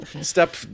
step